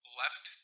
left